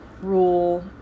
rule